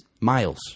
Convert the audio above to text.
Miles